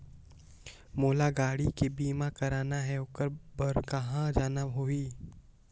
मोला गाड़ी के बीमा कराना हे ओकर बार कहा जाना होही?